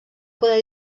poder